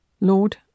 Lord